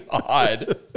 God